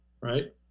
right